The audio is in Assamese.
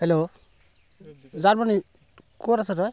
হেল্ল' জানমণি ক'ত আছে তই